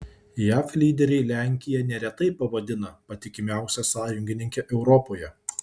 jav lyderiai lenkiją neretai pavadina patikimiausia sąjungininke europoje